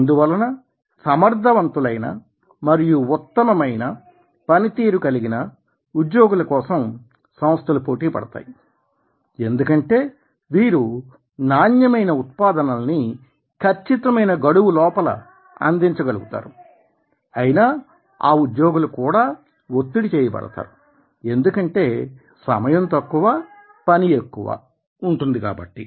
అందువలన సమర్థవంతులైన మరియు ఉత్తమమైన పనితీరు కలిగిన ఉద్యోగుల కోసం సంస్థలు పోటీ పడతాయి ఎందుకంటే వీరు నాణ్యమైన ఉత్పాదనలని ఖచ్చితమైన గడువులోపల అందించగలుగుతారు అయినా ఆ ఉద్యోగులు కూడా ఒత్తిడి చేయబడతారు ఎందుకంటే సమయం తక్కువ పని ఎక్కువ ఉంటుంది కాబట్టి